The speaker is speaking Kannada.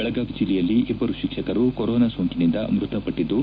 ಬೆಳಗಾವಿ ಜಿಲ್ಲೆಯಲ್ಲಿ ಇಬ್ಬರು ಶಿಕ್ಷಕರು ಕೊರೊನಾ ಸೋಂಕಿನಿಂದ ಮೃತಪಟ್ಟಿದ್ದು